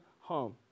home